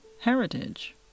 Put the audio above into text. heritage